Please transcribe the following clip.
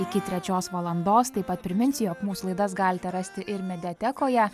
iki trečios valandos taip pat priminsiu jog mūsų laidas galite rasti ir mediatekoje